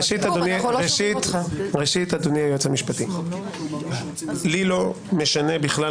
ראשית, אדוני היועץ המשפטי, לי לא משנה בכלל.